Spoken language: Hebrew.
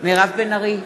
מירב בן ארי,